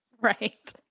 Right